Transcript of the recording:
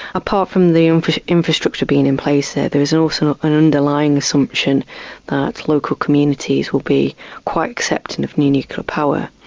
apart from the infrastructure being in place there there is also an underlying assumption that local communities will be quite accepting of new nuclear power.